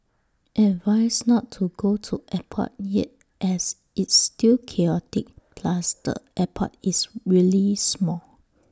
advised not to go to airport yet as it's still chaotic plus the airport is really small